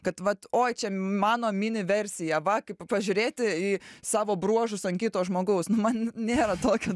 kad vat oi čia mano mini versija va kaip pažiūrėti į savo bruožus ant kito žmogaus man nėra tokio